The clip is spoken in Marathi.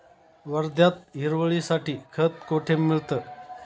वर्ध्यात हिरवळीसाठी खत कोठे मिळतं?